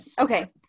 Okay